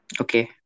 Okay